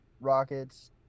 Rockets